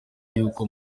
ry’uko